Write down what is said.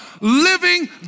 living